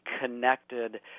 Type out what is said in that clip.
connected